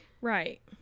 Right